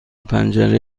پنجره